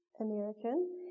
American